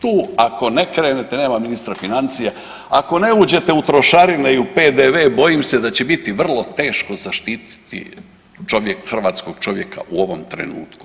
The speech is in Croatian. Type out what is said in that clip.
Tu ako ne krenete, nema ministra financija, ako ne uđete u trošarine i u PDV bojim se da će biti vrlo teško zaštititi čovjek, hrvatskog čovjeka u ovom trenutku.